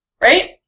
Right